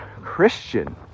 Christian